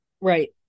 right